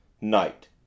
Night